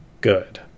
Good